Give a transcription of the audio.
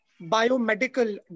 biomedical